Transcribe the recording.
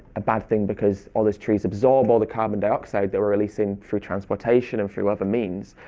a bad thing because all those trees absorb all the carbon dioxide that we're releasing through transportation and through other means.